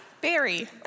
Barry